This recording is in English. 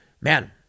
Man